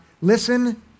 Listen